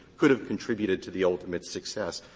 could have contributed to the ultimate success.